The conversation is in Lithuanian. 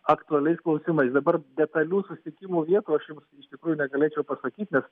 aktualiais klausimais dabar detalių susitikimų vietų aš jums iš tikrųjų negalėčiau pasakyt